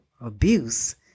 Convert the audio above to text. abuse